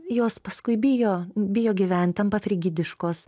jos paskui bijo bijo gyvent tampa frigidiškos